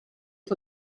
for